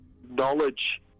knowledge